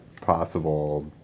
possible